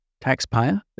taxpayer